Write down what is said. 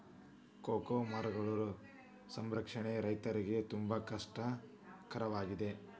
cocoa ಮರಗಳ ಸಂರಕ್ಷಣೆ ರೈತರಿಗೆ ತುಂಬಾ ಕಷ್ಟ ಕರವಾಗಿದೆ